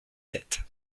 sept